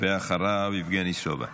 אחריו, יבגני סובה.